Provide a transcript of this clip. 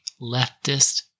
leftist